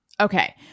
Okay